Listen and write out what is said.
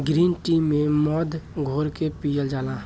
green tea में मध घोर के पियल जाला